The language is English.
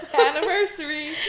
Anniversary